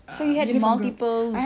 so you had multiple